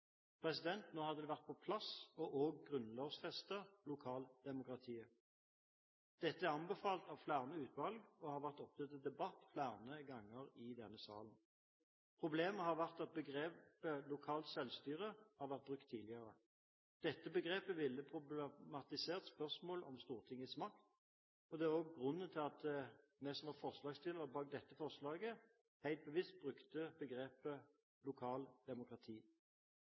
Nå hadde det vært på sin plass også å grunnlovfeste lokaldemokratiet. Dette er anbefalt av flere utvalg og har vært oppe til debatt flere ganger i denne sal. Problemet har vært at begrepet «lokalt selvstyre» har vært brukt tidligere. Dette begrepet ville problematisert spørsmål om Stortingets makt, og det er også grunnen til at vi som er forslagsstillere til dette forslaget, helt bevisst brukte begrepet